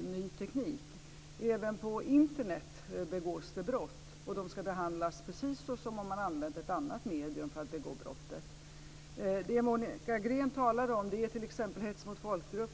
ny teknik. Även på Internet begås brott. De ska behandlas precis som om man använt ett annat medium för att begå brottet. Det Monica Green talar om är t.ex. hets mot folkgrupp.